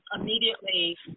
immediately